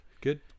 good